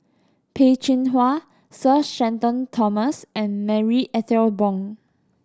Peh Chin Hua Sir Shenton Thomas and Marie Ethel Bong